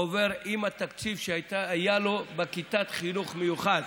עובר עם התקציב שהיה לו בכיתת חינוך מיוחד.